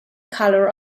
color